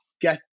get